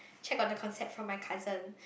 check on the concept for my cousins